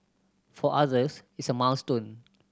for others it's a milestone